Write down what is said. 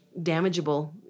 damageable